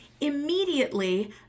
immediately